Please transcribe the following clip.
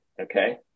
Okay